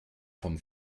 vom